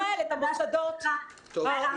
משרד התקשורת יזם פגישות עם משרד החינוך כדי